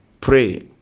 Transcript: Pray